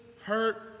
hurt